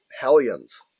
Hellions